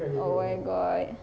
oh my god